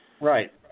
Right